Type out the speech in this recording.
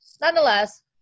Nonetheless